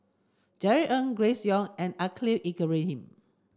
Jerry Ng Grace Young and Khalil Ibrahim